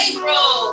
April